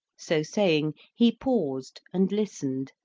so saying he paused and listened,